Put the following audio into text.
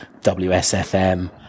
WSFM